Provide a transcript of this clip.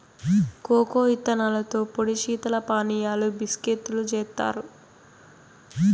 cocoa ఇత్తనాలతో పొడి శీతల పానీయాలు, బిస్కేత్తులు జేత్తారు